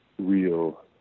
real